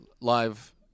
live